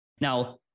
Now